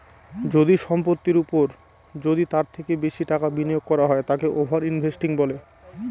যদি সম্পত্তির ওপর যদি তার থেকে বেশি টাকা বিনিয়োগ করা হয় তাকে ওভার ইনভেস্টিং বলে